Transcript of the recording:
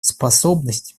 способность